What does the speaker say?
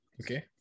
Okay